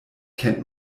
kennt